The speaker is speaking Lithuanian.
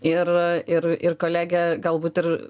ir ir ir kolegė galbūt ir